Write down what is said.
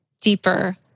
deeper